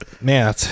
Man